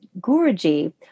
guruji